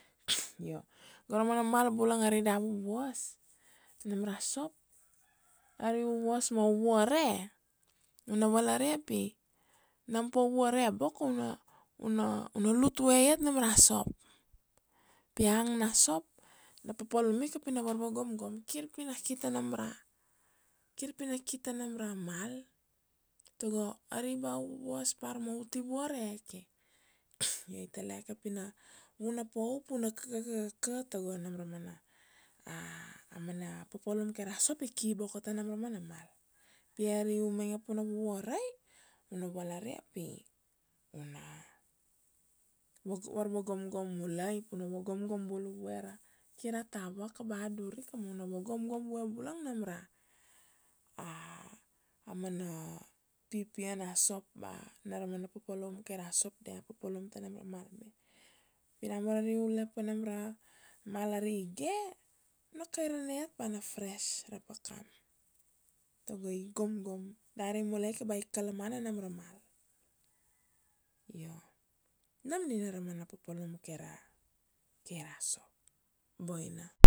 io go ra mana mal bulang, ari da vuvuas nam ra sop ari u vuvuas ma u vuare, u na valaria pi nam pa u vuare boko u na, u na lut vue iat nam ra sop, pi a ang na sop na papalum ika pi na varva gomgom, kir pi na ki ta nam ra, kir pi na ki ta nam ra mal. Tago ari ba u vuvuas par ma u ti vuareke, io i taleke pi na vuna pa u pu na kakaka tago nam ra mana a mana papalum kai ra sop iki boko ta nam ra mana mal. Pi ari u mainge pu na vuvuarai, u na valaria pi u na varva gomgom mulai, pu na vagomgom bulu vue ra, kir a tava ka ba a dur ika ma u na vagomgom vue bula nam ra a mana pipia na sop ba na ra mana papalum kai ra sop dia papalum ta nam ra mal me. Pi da mana ari ule pa nam ra mal ari ge, u na kairane iat ba na fresh ra pakam, tago i gomgom dari mule ke ba i kalamana nam ra mal. Io nam nina ra mana papalum kai ra, kai ra sop, boina.